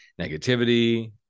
negativity